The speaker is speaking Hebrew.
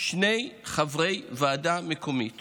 שני חברי ועדה מקומית